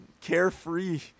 carefree